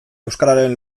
euskararen